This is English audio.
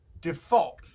default